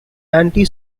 anti